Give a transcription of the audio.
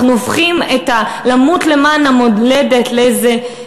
אנחנו הופכים את ה"למות למען המולדת" לאיזה,